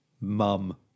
mum